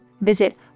Visit